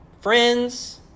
friends